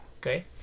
Okay